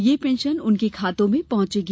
यह पेंशन उनके खाते में पहुंचेगी